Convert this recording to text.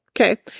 Okay